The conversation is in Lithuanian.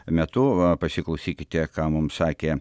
metu va pasiklausykite ką mum sakė